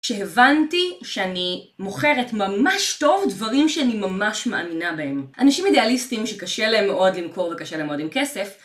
שהבנתי, שאני... מוכרת ממש טוב דברים שאני ממש מאמינה בהם. אנשים אידאליסטים, שקשה להם מאוד למכור, וקשה להם מאוד עם כסף,